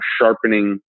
sharpening